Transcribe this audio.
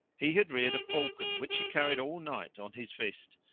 he had reared a falcon which he carried all night on his fist,